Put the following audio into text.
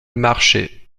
marché